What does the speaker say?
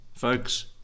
Folks